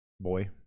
Boy